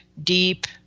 deep